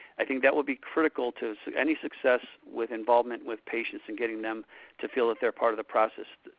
i think that would be critical to any success with involvement with patients and getting them to feel that they are part of the process.